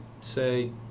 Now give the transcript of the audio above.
say